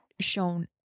shown